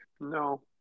no